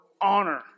honor